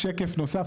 שקף נוסף,